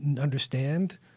understand